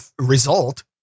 result